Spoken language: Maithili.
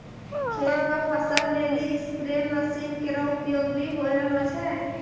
खेत म फसल लेलि स्पेरे मसीन केरो उपयोग भी होय रहलो छै